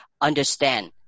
understand